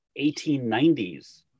1890s